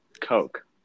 Coke